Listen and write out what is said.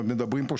מדברים פה,